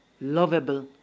lovable